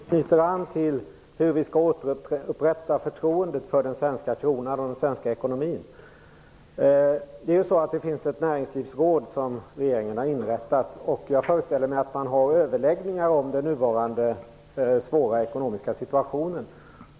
Herr talman! Jag har anmält en fråga till statsministern som knyter an till spörsmålet hur vi skall återupprätta förtroendet för den svenska kronan och den svenska ekonomin. Regeringen har inrättat ett näringslivsråd, och jag föreställer mig att man har överläggningar om den nuvarande svåra ekonomiska situationen.